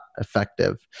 effective